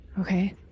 Okay